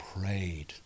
prayed